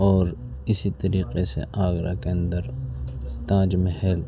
اور اسی طریقے سے آگرہ کے اندر تاج محل